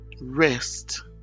rest